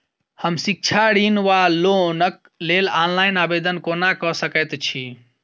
हम शिक्षा ऋण वा लोनक लेल ऑनलाइन आवेदन कोना कऽ सकैत छी?